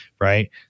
right